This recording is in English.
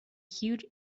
huge